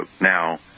Now